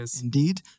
indeed